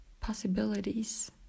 possibilities